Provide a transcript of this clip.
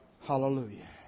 Hallelujah